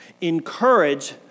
Encourage